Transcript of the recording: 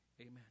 amen